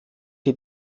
die